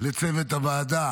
לצוות הוועדה